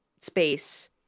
space